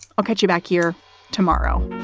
i'll catch you back here tomorrow